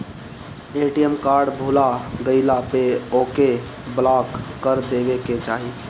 ATM card भूला गईला पअ ओके ब्लाक करा देवे के चाही